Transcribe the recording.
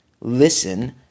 listen